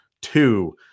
Two